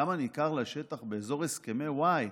בחלקם הניכר לשטח באזור הסכמי וואי,